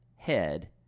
head